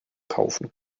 kaufen